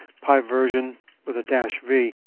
piversion with a dash v.